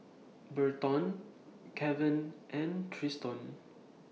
Burton Kevan and Triston